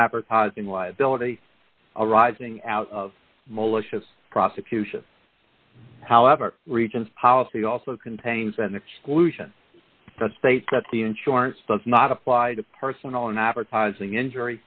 advertising liability arising out of malicious prosecution however regions policy also contains an exclusion that states that the insurance does not apply to parson on advertising injury